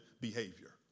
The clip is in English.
behavior